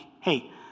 hey